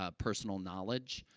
ah personal knowledge,